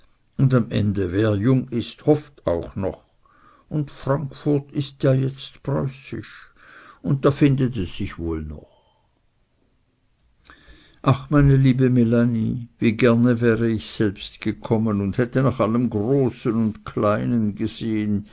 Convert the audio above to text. und am ende wer jung ist hofft auch noch und frankfurt ist ja jetzt preußisch und da findet es sich wohl noch ach meine liebe melanie wie gerne wär ich selbst gekommen und hätte nach allem großen und kleinen gesehen